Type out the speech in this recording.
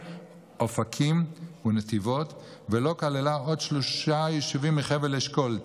אופקים ונתיבות ולא כללה עוד שלושה יישובים מחבל אשכול,